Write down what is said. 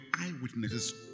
eyewitnesses